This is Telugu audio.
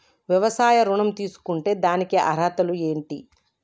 వ్యవసాయ ఋణం తీసుకుంటే దానికి అర్హతలు ఏంటి?